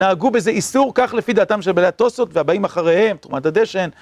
נהגו בזה איסור, כך לפי דעתם של בלעטוסות והבאים אחריהם, תרומת הדשן.